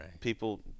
People